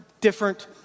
different